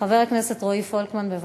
חבר הכנסת רועי פולקמן, בבקשה.